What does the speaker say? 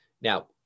Now